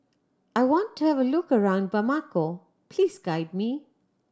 I want to have a look around Bamako please guide me